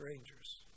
strangers